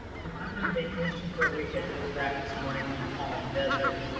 so i've been on vacation for a week. i drove back this morning from palm desert,